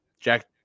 Jack